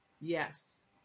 Yes